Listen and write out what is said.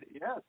yes